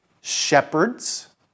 shepherds